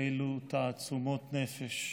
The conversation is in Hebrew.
אילו תעצומות נפש.